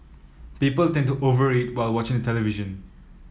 people tend to over eat while watching the television